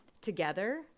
together